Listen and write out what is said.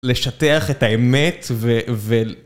לשטח את האמת ו...